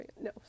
no